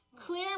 clear